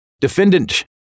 Defendant